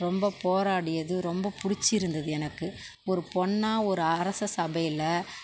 ரொம்ப போராடியது ரொம்பப் பிடிச்சிருந்தது எனக்கு ஒரு பெண்ணா ஒரு அரச சபையில்